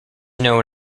known